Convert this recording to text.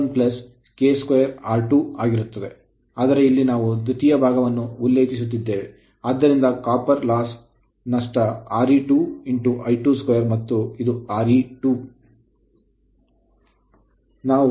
ಆದರೆ ಇಲ್ಲಿ ನಾವು ದ್ವಿತೀಯ ಭಾಗವನ್ನು ಉಲ್ಲೇಖಿಸುತ್ತಿದ್ದೇವೆ ಆದ್ದರಿಂದ copper loss ತಾಮ್ರದ ನಷ್ಟ Re2 I2 2 ಮತ್ತು ಇದು Re2